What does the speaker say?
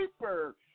Super